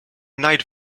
night